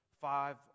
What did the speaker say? five